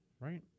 right